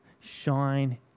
shine